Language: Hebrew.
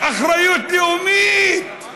אחריות לאומית,